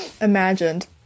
imagined